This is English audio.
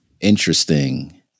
interesting